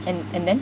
and and then